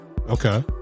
Okay